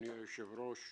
אדוני היושב-ראש,